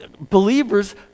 believers